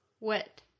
Wet